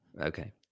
Okay